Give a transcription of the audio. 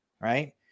right